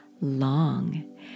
long